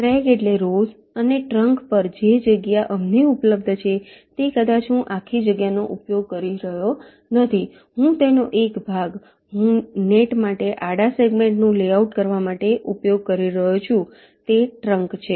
track એટલે rows અને trunk પર જે જગ્યા અમને ઉપલબ્ધ છે તે કદાચ હું આખી જગ્યાનો ઉપયોગ કરી રહ્યો નથી તેનો એક ભાગ હું નેટ માટે આડા સેગમેન્ટનું લેઆઉટ કરવા માટે ઉપયોગ કરી રહ્યો છું તે ટ્રંક છે